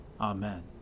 Amen